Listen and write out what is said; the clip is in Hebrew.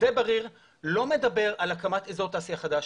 שדה בריר לא מדבר על הקמת אזור תעשיה חדש,